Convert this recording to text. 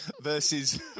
Versus